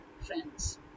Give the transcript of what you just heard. friends